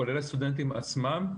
כולל הסטודנטים עצמם,